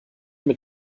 mit